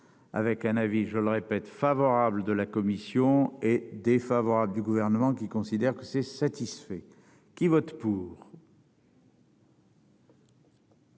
avec un avis, je le répète favorables de la commission est défavorable du gouvernement qui considèrent que ces satisfait qui vote. Four.